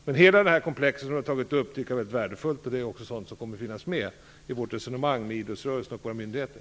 Hela det komplex som Lars Stjernkvist har tagit upp tycker jag är väldigt värdefullt, och det är också sådant som kommer att finnas med i vårt resonemang med idrottsrörelserna och våra myndigheter.